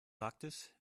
praktisch